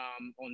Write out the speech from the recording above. on